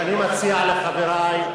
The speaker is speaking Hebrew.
אני מציע לחברי,